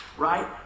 Right